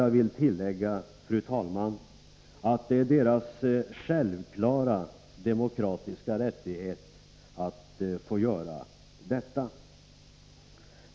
Jag vill tillägga, fru talman, att det är deras självklara demokratiska rättighet att få göra detta.